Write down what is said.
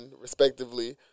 respectively